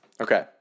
Okay